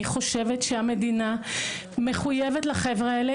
אני חושבת שהמדינה מחויבת לחבר'ה האלה.